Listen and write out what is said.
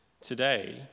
Today